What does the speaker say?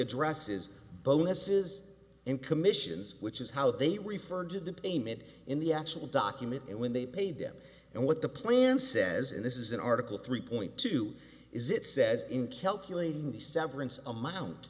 addresses bonuses and commissions which is how they refer to the payment in the actual document and when they pay them and what the plan says and this is an article three point two is it says in calculating the severance amount